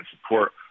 support